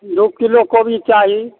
दू किलो कोबी चाही